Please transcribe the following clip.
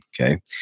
okay